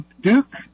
Duke